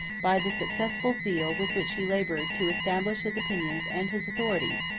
by the successful zeal with which he labored to establish his opinions and his authority,